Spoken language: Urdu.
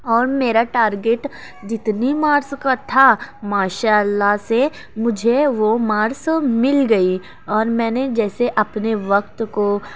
اور میرا ٹارگیٹ جتنی مارکس کا تھا ماشاء اللہ سے مجھے وہ مارس مل گئی اور میں نے جیسے اپنے وقت کو